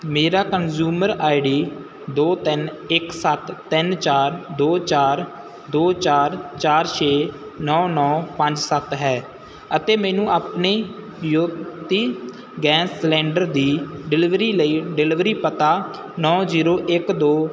ਮੇਰਾ consumer ID ਦੋ ਤਿੰਨ ਇੱਕ ਸੱਤ ਤਿੰਨ ਚਾਰ ਦੋ ਚਾਰ ਦੋ ਚਾਰ ਚਾਰ ਛੇ ਨੌਂ ਨੌਂ ਪੰਜ ਸੱਤ ਹੈ ਅਤੇ ਮੈਨੂੰ ਆਪਣੇ ਜਯੋਤੀ ਗੈਸ ਸਿਲੰਡਰ ਦੀ ਡਿਲੀਵਰੀ ਲਈ ਡਿਲੀਵਰੀ ਪਤਾ ਨੌਂ ਜ਼ੀਰੋ ਇੱਕ ਦੋ